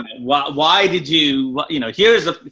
why why did you, you know, here's a,